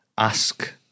Ask